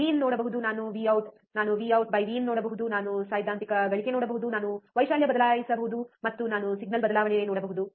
V in ನೋಡಬಹುದು ನಾನು V out ನಾನು ವಿಔಟ್ ವಿಇನ್ Vout Vin ನೋಡಬಹುದುನಾನು ಸೈದ್ಧಾಂತಿಕ ಗಳಿಕೆ ನೋಡಬಹುದು ನಾನು ವೈಶಾಲ್ಯ ಬದಲಾಯಿಸಬಹುದು ಮತ್ತು ನಾನು ಸಿಗ್ನಲ್ ಬದಲಾವಣೆ ನೋಡಬಹುದು